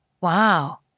Wow